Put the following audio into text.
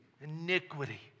iniquity